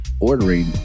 ordering